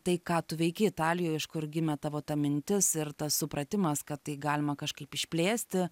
tai ką tu veiki italijoj iš kur gimė tavo ta mintis ir tas supratimas kad tai galima kažkaip išplėsti